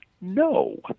No